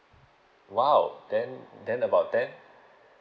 !wow! then then about ten